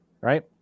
right